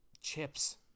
chips